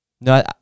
no